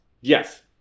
Yes